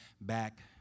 back